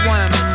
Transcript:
one